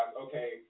okay